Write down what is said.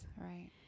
Right